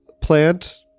plant